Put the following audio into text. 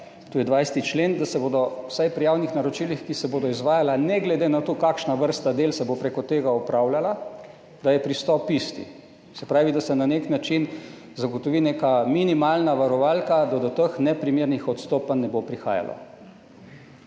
to je 20. člen, da se bodo vsaj pri javnih naročilih, ki se bodo izvajala ne glede na to kakšna vrsta del se bo preko tega opravljala, da je pristop isti. Se pravi, da se na nek način zagotovi neka minimalna varovalka, da do teh neprimernih odstopanj ne bo prihajalo.